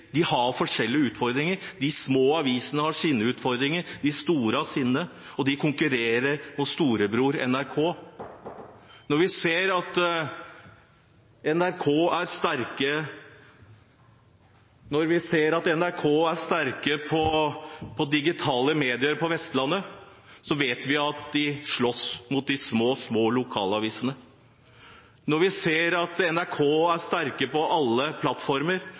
De har forskjellige utfordringer. De små avisene har sine utfordringer, de store har sine, og de konkurrerer mot storebror NRK. Når vi ser at NRK er sterke på digitale medier på Vestlandet, vet vi at de slåss mot de små lokalavisene. Når vi ser at NRK er sterke på alle plattformer,